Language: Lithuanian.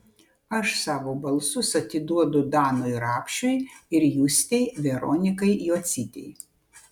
aš savo balsus atiduodu danui rapšiui ir justei veronikai jocytei